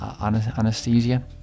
anesthesia